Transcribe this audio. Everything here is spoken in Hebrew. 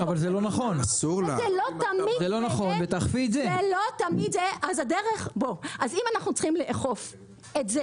זה לא תמיד זהה אז אם אנחנו צריכים לאכוף את זה